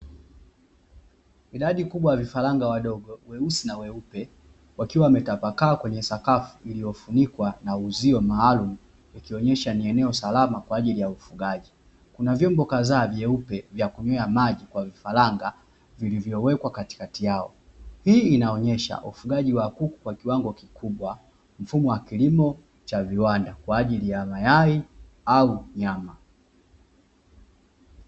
Idadi kubwa ya vifaranga wadogo weusi na weupe wakiwa wametapakaa kwenye sakafu, iliyofunikwa na uzio maalumu wakionyesha ni eneo salama kwa ajili ya ufugaji, kuna vyombo kadhaa vyeupe vya kunywa maji kwa vifaranga vilivyowekwa katikati yao; hii inaonyesha ufugaji wa kuku kwa kiwango kikubwa mfumo wa kilimo cha viwanda kwa ajili ya mayai au nyama.